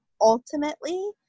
ultimately